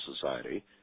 Society